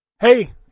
Hey